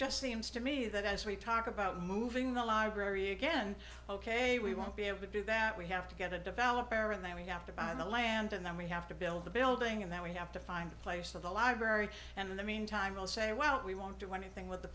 just seems to me that as we talk about moving the library again ok we won't be able to do that we have to get a developer and then we have to buy the land and then we have to build the building and that we have to find a place for the larger and in the meantime we'll say well we won't do anything with the